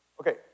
okay